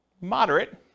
Moderate